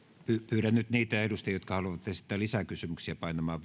pyydän nyt niitä edustajia jotka haluavat esittää lisäkysymyksiä painamaan